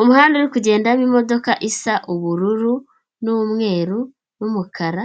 Umuhanda uri kugendamo imodoka isa ubururu n'umweru n'umukara,